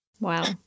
Wow